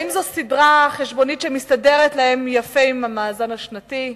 ואם זו סדרה חשבונית שמסתדרת להן יפה עם המאזן השנתי.